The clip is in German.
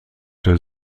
der